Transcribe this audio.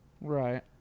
Right